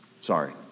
Sorry